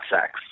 sex